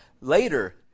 Later